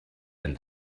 and